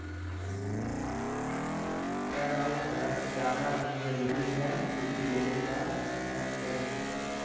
कह रहा हूँ सर जाना बहुत ज़रूरी है छुट्टी देने का कष्ट करें